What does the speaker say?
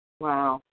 Wow